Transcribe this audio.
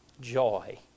Joy